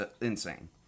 insane